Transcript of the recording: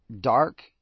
dark